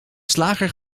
slager